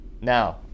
Now